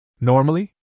Normally